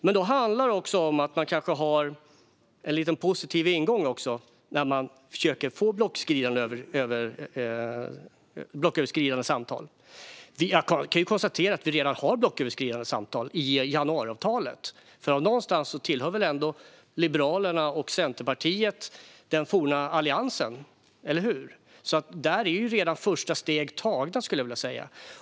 Men då handlar det också om att man kanske har en lite positiv ingång när man försöker få blocköverskridande samtal. Vi kan konstatera att vi redan har blocköverskridande samtal i och med januariavtalet. Liberalerna och Centerpartiet tillhör väl ändå den forna alliansen - eller hur? Där är redan första steg tagna, skulle jag vilja säga.